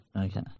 Okay